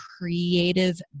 creative